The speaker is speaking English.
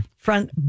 front